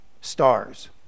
stars